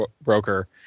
Broker